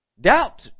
Doubt